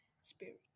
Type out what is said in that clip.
Spirit